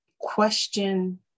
question